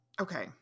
Okay